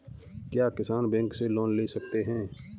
क्या किसान बैंक से लोन ले सकते हैं?